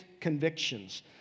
convictions